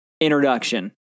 introduction